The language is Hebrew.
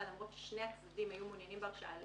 למרות ששני הצדדים היו מעוניינים בהרשאה,